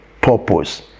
purpose